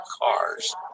cars